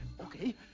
okay